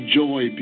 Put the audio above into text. joy